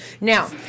Now